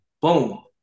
boom